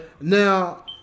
Now